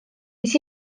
mis